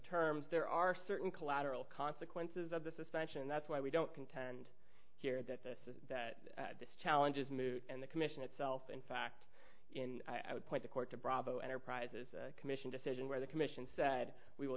terms there are certain collateral consequences of the suspension that's why we don't contend here that the that this challenge is moot and the commission itself in fact in i would point the court to brabo enterprises commission decision where the commission said we will